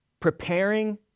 preparing